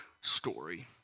story